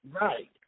Right